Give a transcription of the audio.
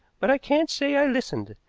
but i can't say i listened.